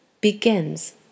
begins